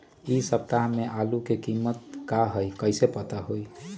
इ सप्ताह में आलू के कीमत का है कईसे पता होई?